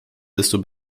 desto